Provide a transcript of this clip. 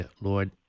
Lord